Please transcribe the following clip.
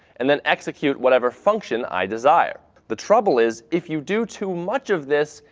and then execute whatever function i desire the trouble is, if you do too much of this,